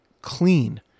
clean